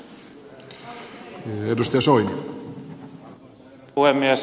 arvoisa herra puhemies